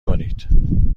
کنید